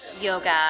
yoga